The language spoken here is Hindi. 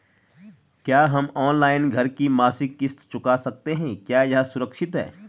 क्या हम ऑनलाइन घर की मासिक किश्त चुका सकते हैं क्या यह सुरक्षित है?